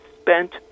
spent